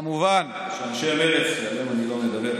כמובן אנשי מרצ, שעליהם אני לא מדבר.